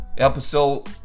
episode